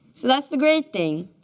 so that's the great thing.